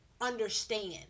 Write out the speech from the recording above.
understand